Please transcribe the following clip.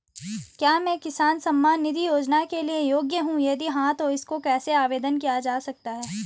क्या मैं किसान सम्मान निधि योजना के लिए योग्य हूँ यदि हाँ तो इसको कैसे आवेदन किया जा सकता है?